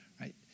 right